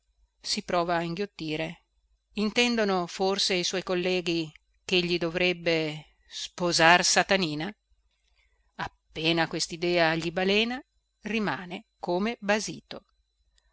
si prova a inghiottire intendono forse i suoi colleghi chegli dovrebbe sposar satanina appena questidea gli balena rimane come basito